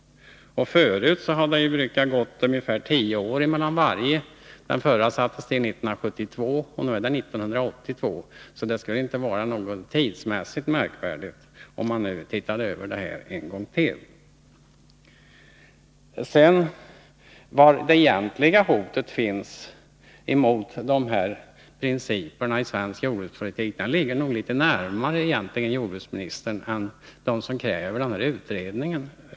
Förut var det ca tio år mellan varje utredning. Den förra tillsattes 1972. Nu är det 1982 — så tidsmässigt är det inget märkligt, om man skulle vilja se över det här en gång till. Det förefaller som om det egentliga hotet mot principerna för svensk jordbrukspolitik skulle ligga litet närmare jordbruksministern än dem som kräver en utredning.